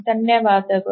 ಧನ್ಯವಾದಗಳು